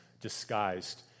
Disguised